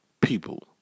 people